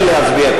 על 54 כן להצביע.